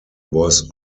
was